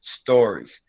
stories